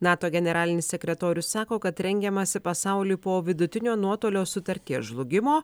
nato generalinis sekretorius sako kad rengiamasi pasauliui po vidutinio nuotolio sutarties žlugimo